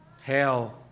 hell